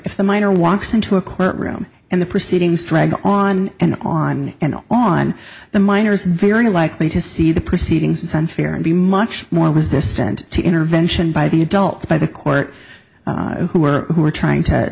if the minor walks into a court room and the proceedings drag on and on and on the minors very likely to see the proceedings unfair and be much more resistant to intervention by the adults by the court who are who are trying to